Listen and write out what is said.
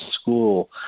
school